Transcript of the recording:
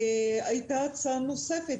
היתה הצעה נוספת